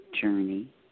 journey